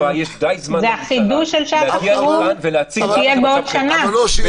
זה החידוש של שעת חירום שתהיה בעוד שנה.